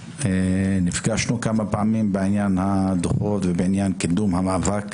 נפגשנו כמה פעמים בעניין הדוחות ובעניין קידום המאבק.